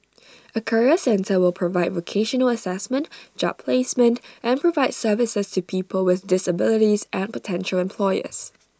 A career centre will provide vocational Assessment job placement and support services to people with disabilities and potential employers